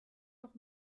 doch